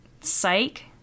psych